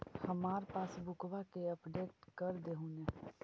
हमार पासबुकवा के अपडेट कर देहु ने?